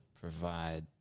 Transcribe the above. provide